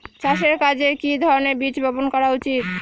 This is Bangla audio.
চাষের কাজে কি ধরনের বীজ বপন করা উচিৎ?